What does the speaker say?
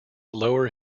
lower